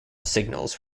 signals